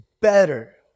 better